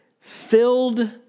Filled